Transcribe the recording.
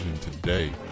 today